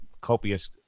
copious